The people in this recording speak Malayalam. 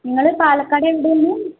നിങ്ങള് പാലക്കാട്